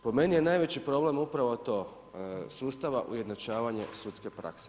Po meni je najveći problem upravo to, sustava ujednačavanja sudske prakse.